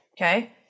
Okay